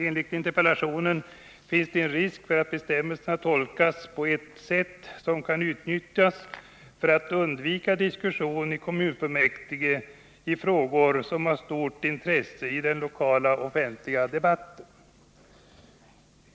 Enligt interpellationen finns det risk för att bestämmelserna tolkas på ett sätt som kan utnyttjas för att undvika diskussion i kommunfullmäktige i frågor som har stort intresse i den lokala offentliga debatten.